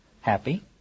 happy